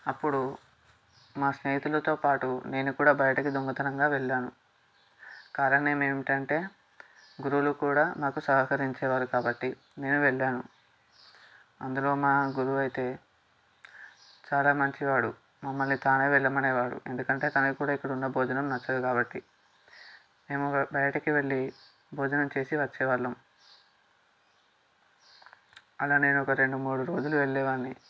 అప్పుడు మా స్నేహితులతో పాటు నేను కూడా బయటకు దొంగతనంగా వెళ్ళాను కారణం ఏంటంటే గురువులు కూడా నాకు సహకరించేవారు కాబట్టి నేను వెళ్ళాను అందులో మా గురువైతే చాలా మంచివాడు మమ్మల్ని తానే వెళ్ళమనే వాడు ఎందుకంటే తనకి కూడా ఇక్కడ ఉన్న భోజనం నచ్చదు కాబట్టి మేము బయటికి వెళ్ళి భోజనం చేసి వచ్చేవాళ్ళము అలా నేను ఒక రెండు మూడు రోజులు వెళ్ళేవాన్ని